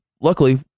luckily